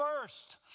first